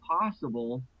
possible